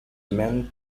men